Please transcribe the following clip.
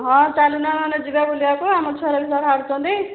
ହଁ ଚାଲୁନ ନହେଲେ ଯିବା ବୁଲିବାକୁ ଆମ ଛୁଆଗୁଡ଼ା ବି ବାହାରୁଛନ୍ତି